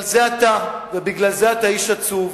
אבל זה אתה, ובגלל זה אתה איש עצוב,